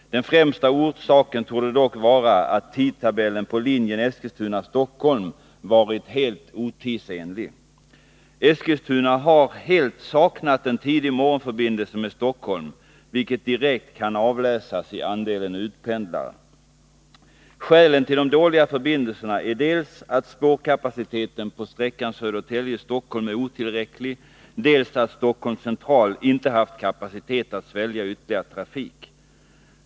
Den främsta orsaken torde dock vara att tidtabellen på linjen Eskilstuna-Stockholm varit helt otidsenlig. Eskilstuna har helt saknat en tidig morgonförbindelse med Stockholm, vilket direkt kan avläsas i andelen utpendlare. Skälen till de dåliga förbindelserna är dels att spårkapaciteten på sträckan Södertälje-Stockholm är otillräcklig, dels att Stockholms central inte haft kapacitet att svälja ytterligare trafik.